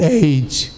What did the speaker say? age